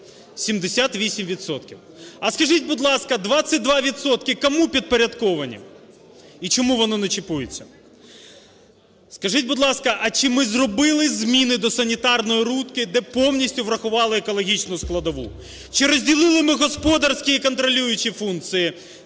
А скажіть, будь ласка, 22 відсотки кому підпорядковані? І чому воно не чіпується? Скажіть, будь ласка, а чи ми зробили зміни до санітарної рубки, де повністю врахували екологічну складову? Чи розділили ми господарські і контролюючі функції